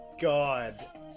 God